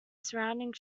surrounding